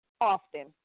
often